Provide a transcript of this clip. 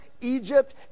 egypt